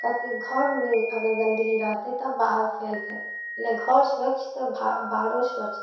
ताकि घरमे अगर गन्दगी रहतै तऽ बाहर फैलतै ओइला घर स्वच्छ तऽ बाहरो स्वच्छ